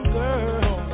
girl